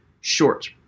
Short